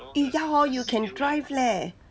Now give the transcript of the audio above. eh ya hor you can drive leh